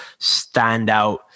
standout